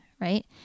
right